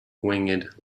winged